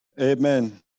Amen